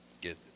get